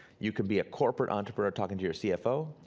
you can be a corporate entrepreneur talking to your cfo,